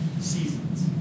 seasons